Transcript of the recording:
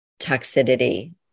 toxicity